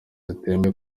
zitemewe